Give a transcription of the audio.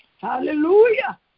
Hallelujah